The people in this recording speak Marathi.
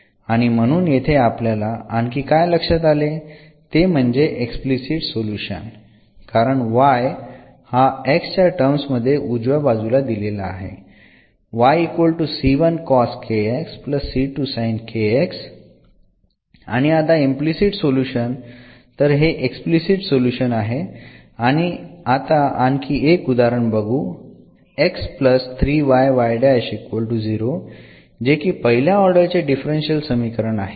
आणि म्हणून येथे आपल्याला आणखी काय लक्षात आले ते म्हणजे एक्सप्लिसिट सोल्युशन कारण y हा x च्या टर्म्स मध्ये उजव्या बाजूला दिलेला आहे आणि आता इम्प्लिसिट सोल्युशन तर हे एक्सप्लिसिट सोल्युशन आहे आणि आता आणखी एक उदाहरण बघू जे की पहिल्या ऑर्डर चे डिफरन्शियल समीकरण आहे